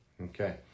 Okay